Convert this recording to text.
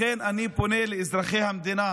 לכן אני פונה לאזרחי המדינה